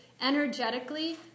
Energetically